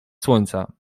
słońca